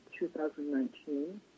2019